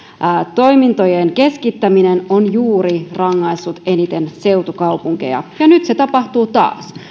toimintojen keskittäminen on rangaissut eniten juuri seutukaupunkeja ja nyt se tapahtuu taas